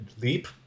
leap